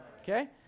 Okay